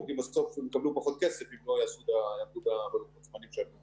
כי בסוף הם יקבלו פחות כסף אם לא יעמדו בלוחות זמנים.